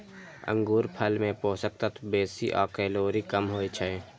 अंगूरफल मे पोषक तत्व बेसी आ कैलोरी कम होइ छै